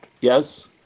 Yes